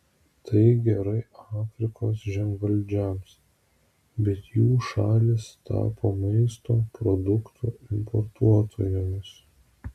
tai gerai afrikos žemvaldžiams bet jų šalys tapo maisto produktų importuotojomis